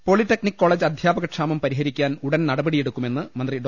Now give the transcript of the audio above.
polytechnic college അധ്യാപകക്ഷാമം പരിഹരിക്കാൻ ഉടൻ നടപടിയെടുക്കുമെന്ന് മന്ത്രി ഡോ